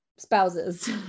spouses